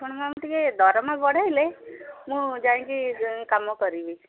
କ'ଣ ମାଆ ମୋର ଟିକେ ଦରମା ବଢ଼ାଇଲେ ମୁଁ ଯାଇକି କାମ କରିବି